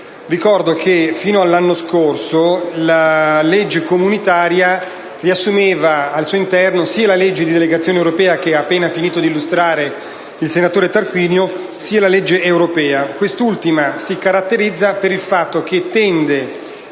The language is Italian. Ricordo che, fino all'anno scorso, la legge comunitaria riassumeva al suo interno sia la legge di delegazione europea (testé illustrata dal senatore Tarquinio), sia la legge europea. Quest'ultima si caratterizza per il fatto che tende